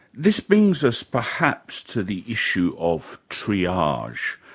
this brings us perhaps to the issue of triage.